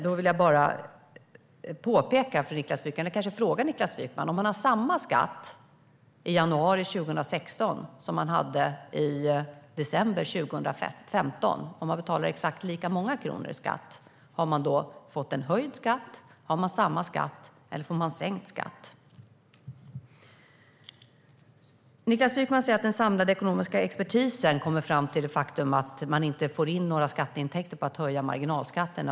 Då vill jag bara fråga Niklas Wykman: Om man betalar exakt lika många kronor i skatt i januari 2016 som man gjorde i december 2015, har man då fått en höjd skatt, har man samma skatt eller får man sänkt skatt? Niklas Wykman säger att den samlade ekonomiska expertisen kommer fram till det faktum att man inte får in några skatteintäkter på att höja marginalskatterna.